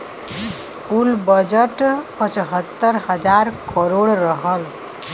कुल बजट पचहत्तर हज़ार करोड़ रहल